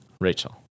Rachel